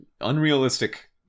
unrealistic